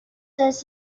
does